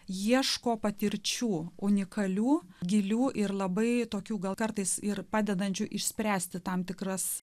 ieško patirčių unikalių gilių ir labai tokių gal kartais ir padedančių išspręsti tam tikras